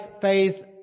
faith